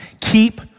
Keep